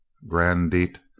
grand diett!